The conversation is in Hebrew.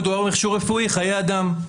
מדובר במכשור רפואי, חיי אדם.